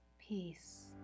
Peace